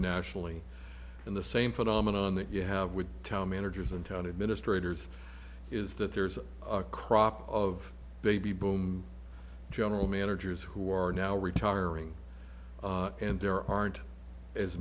nationally in the same phenomenon that you have with town managers and town administrators is that there's a crop of baby boom general managers who are now retiring and there aren't as